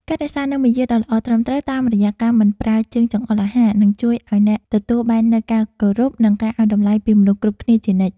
ការរក្សានូវមារយាទដ៏ល្អត្រឹមត្រូវតាមរយៈការមិនប្រើជើងចង្អុលអាហារនឹងជួយឱ្យអ្នកទទួលបាននូវការគោរព និង ការឱ្យតម្លៃពីមនុស្សគ្រប់គ្នាជានិច្ច។